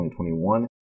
2021